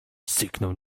syknął